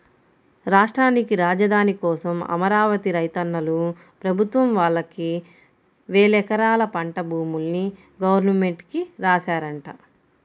రాష్ట్రానికి రాజధాని కోసం అమరావతి రైతన్నలు ప్రభుత్వం వాళ్ళకి వేలెకరాల పంట భూముల్ని గవర్నమెంట్ కి రాశారంట